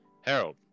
Harold